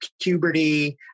puberty